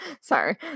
Sorry